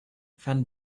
fan